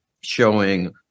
showing